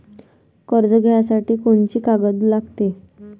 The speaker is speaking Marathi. कर्ज घ्यासाठी कोनची कागद लागते?